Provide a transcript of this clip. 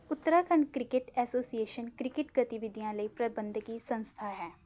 Uttarakhand cricket association cricket ਗਤੀਵਿਧੀਆਂ ਲਈ ਪ੍ਰਬੰਧਕੀ ਸੰਸਥਾ ਹੈ